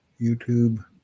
YouTube